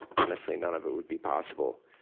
honestly, none of it would be possible,